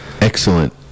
Excellent